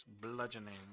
Bludgeoning